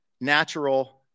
natural